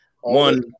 one